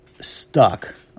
stuck